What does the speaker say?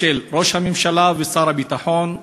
של ראש הממשלה ושר הביטחון.